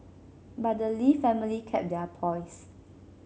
but the Lee family kept their poise